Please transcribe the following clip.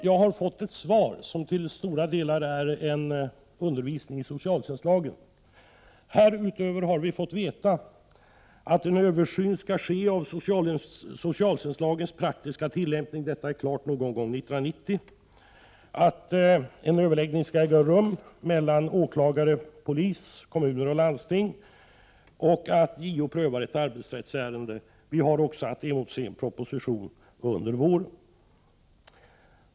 Jag har fått ett svar som till stora delar är en undervisning om socialtjänstlagen. Härutöver har vi fått veta att en översyn skall ske av socialtjänstlagens praktiska tillämpning — den blir klar någon gång under 1990 —, att en överläggning skall äga rum mellan åklagare, polis, kommuner och landsting och att JO prövar ett arbetsrättsärende. Vi har också att emotse en proposition under våren.